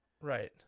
right